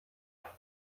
zidan